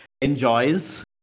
enjoys